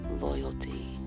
loyalty